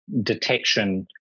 detection